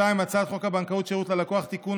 2. הצעת חוק הבנקאות (שירות ללקוח) (תיקון,